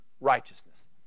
righteousness